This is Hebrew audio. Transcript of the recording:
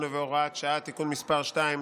68 והוראת שעה) (תיקון מס' 2),